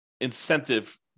incentive